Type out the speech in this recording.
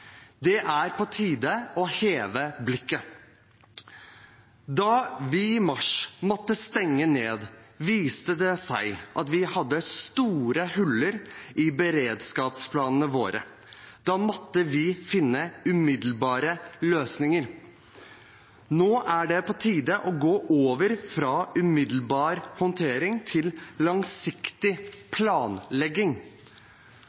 Det er på tide å heve blikket. Da vi i mars måtte stenge ned, viste det seg at vi hadde store hull i beredskapsplanene våre. Da måtte vi finne umiddelbare løsninger. Nå er det på tide å gå over fra umiddelbar håndtering til langsiktig